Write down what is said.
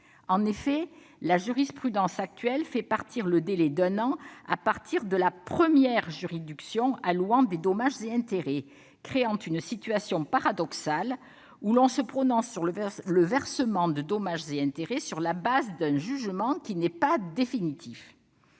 En effet, la jurisprudence actuelle fait courir le délai d'un an à partir de l'avis de la première juridiction allouant des dommages et intérêts, créant une situation paradoxale où l'on se prononce sur le versement de dommages et intérêts sur la base d'un jugement qui n'est pas définitif.